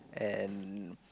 and